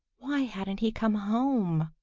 why hadn't he come home?